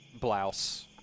blouse